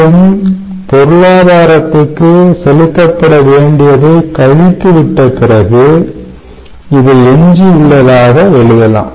மீண்டும் பொருளாதாரத்துக்கு செலுத்தப்பட வேண்டியதை கழித்து விட்ட பிறகு இதை எஞ்சி உள்ளதாக எழுதலாம்